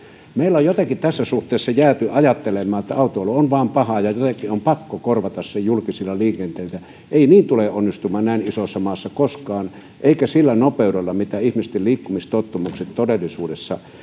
meillä on jotenkin tässä suhteessa jääty ajattelemaan että autoilu on vain paha ja jotenkin on pakko korvata se julkisella liikenteellä ei se tule onnistumaan näin isossa maassa koskaan eikä sillä nopeudella mitä ihmisten liikkumistottumukset todellisuudessa